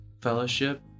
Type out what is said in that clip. fellowship